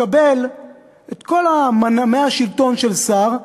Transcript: תקבל את כל מנעמי השלטון של שר,